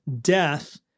death